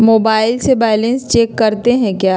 Mobile से balance check करते हैं क्या?